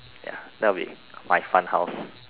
ya that will be my fun house